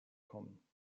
kommen